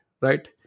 right